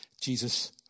Jesus